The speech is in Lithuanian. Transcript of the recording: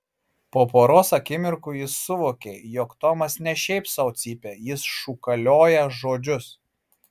po poros akimirkų jis suvokė jog tomas ne šiaip sau cypia jis šūkalioja žodžius